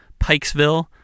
Pikesville